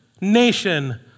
nation